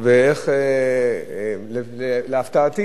להפתעתי